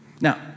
Now